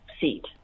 seat